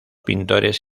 pintores